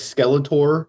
Skeletor